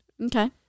Okay